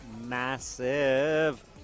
Massive